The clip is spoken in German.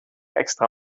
extra